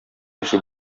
яши